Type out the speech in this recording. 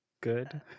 good